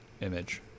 image